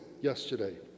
yesterday